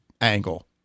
angle